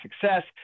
success